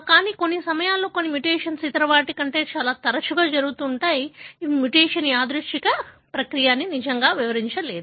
కానీ కొన్ని సమయాల్లో కొన్ని మ్యుటేషన్లు ఇతర వాటి కంటే చాలా తరచుగా జరుగుతుంటాయి ఇవి మ్యుటేషన్ యాదృచ్ఛిక ప్రక్రియ అని నిజంగా వివరించలేదు